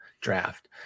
draft